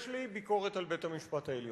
יש לי ביקורת על בית-המשפט העליון.